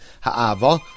Ha'ava